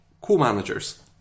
Co-managers